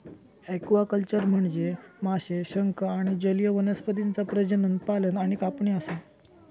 aquaculture म्हनजे माशे, शंख आणि जलीय वनस्पतींचा प्रजनन, पालन आणि कापणी असा